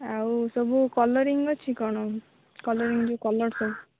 ଆଉ ସବୁ କଲରିଙ୍ଗ ଅଛି କ'ଣ କଲରିଂ ଯେଉଁ କଲର୍ ସବୁ